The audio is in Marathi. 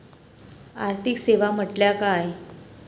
आर्थिक सेवा म्हटल्या काय?